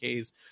Ks